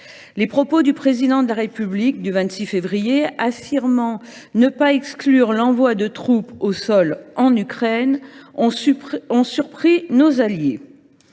Les propos du Président de la République du 26 février, affirmant ne pas exclure l’envoi de troupes au sol en Ukraine, ont surpris nos alliés